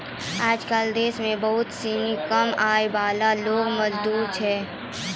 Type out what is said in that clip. आजकल देश म बहुत सिनी कम आय वाला लोग मौजूद छै